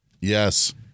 Yes